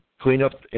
cleanup